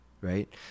right